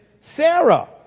Sarah